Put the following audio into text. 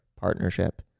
partnership